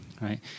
right